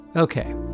Okay